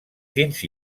fins